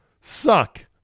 suck